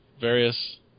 various